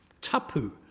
tapu